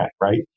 right